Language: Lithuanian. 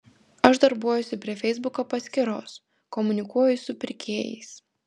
aš darbuojuosi prie feisbuko paskyros komunikuoju su pirkėjais